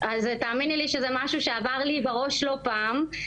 אז תאמיני לי שזה משהו שעבר לי בראש לא פעם,